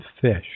fish